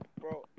Bro